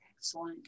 Excellent